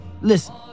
listen